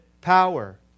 power